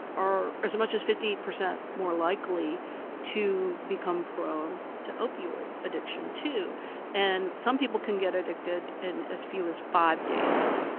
are as much as fifty percent more likely to become prone to opioid addiction and some people can get addicted in as few as five days,